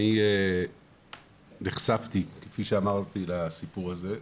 אני נחשפתי כפי שאמרתי לסיפור הזה,